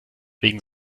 wegen